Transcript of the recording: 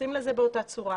מתייחסים לזה באותה צורה.